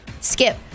Skip